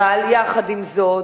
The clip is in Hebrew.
אבל עם זאת,